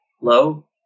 low